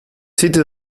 city